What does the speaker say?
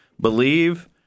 believe